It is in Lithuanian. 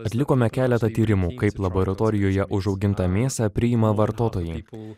atlikome keletą tyrimų kaip laboratorijoje užaugintą mėsą priima vartotojai